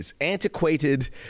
antiquated